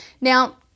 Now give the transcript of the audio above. Now